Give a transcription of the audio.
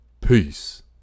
Peace